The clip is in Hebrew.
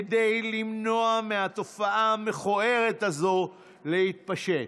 כדי למנוע מהתופעה המכוערת הזאת להתפשט.